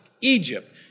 Egypt